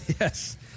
Yes